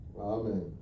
Amen